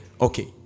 Okay